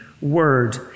word